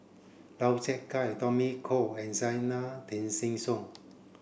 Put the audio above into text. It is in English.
Lau Chiap Khai Tommy Koh and Zena Tessensohn